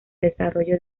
desarrollo